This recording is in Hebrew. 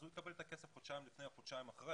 אז הוא יקבל את הכסף חודשיים לפני או חודשיים אחרי.